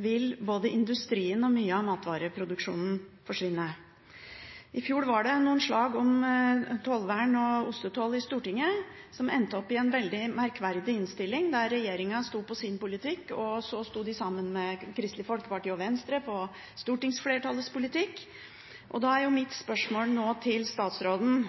vil både industrien og mye av matvareproduksjonen forsvinne. I fjor var det noen slag om tollvern og ostetoll i Stortinget, som endte opp i en veldig merkverdig innstilling, der regjeringspartiene sto på sin politikk, og så sto de sammen med Kristelig Folkeparti og Venstre på stortingsflertallets politikk. Da er mitt spørsmål til statsråden: